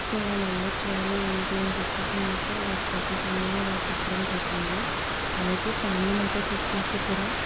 so వాళ్ళు ఎలా చేయాలి ఏంటి అని చెప్పేసి మాకు ఆ కేసెస్ అనేవి వాళ్ళు చెప్పడం జరిగింది అలాగే ఫ్యామిలీ మేటర్స్ వచ్చినప్పుడు కూడా